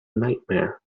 nightmare